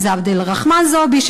ואם זה עבד אל-רחמן זועבי,